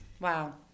Wow